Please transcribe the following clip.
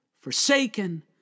forsaken